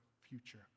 future